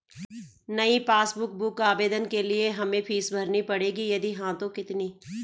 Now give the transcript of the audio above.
नयी passbook book आवेदन के लिए क्या हमें फीस भरनी पड़ेगी यदि हाँ तो कितनी?